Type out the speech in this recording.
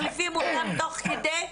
מחליפים אותם תוך כדי.